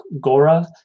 Gora